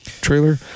Trailer